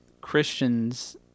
Christians